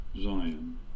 Zion